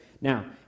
Now